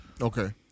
Okay